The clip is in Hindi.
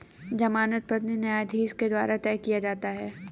जमानत पत्र न्यायाधीश के द्वारा तय किया जाता है